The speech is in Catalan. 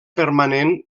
permanent